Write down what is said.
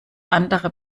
andere